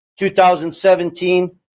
2017